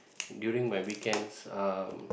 during my weekends uh